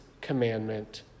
commandment